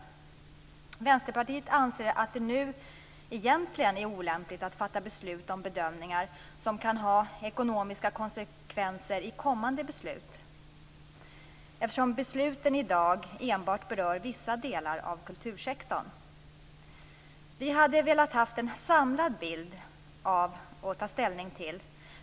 Vänsterpartiet anser att det nu egentligen är olämpligt att fatta beslut om bedömningar som kan ha ekonomiska konsekvenser i kommande beslut, eftersom besluten i dag enbart berör vissa delar av kultursektorn. Vi hade velat ha en samlad bild att ta ställning till.